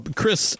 chris